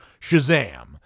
Shazam